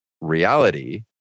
reality